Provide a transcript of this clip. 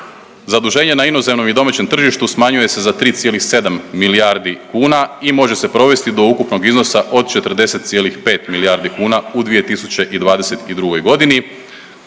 Zaduženje na inozemnom i domaćem tržištu smanjuje se za 3,7 milijardi kuna i može se provesti do ukupnog iznosa od 40,5 milijardi kuna u 2022.g.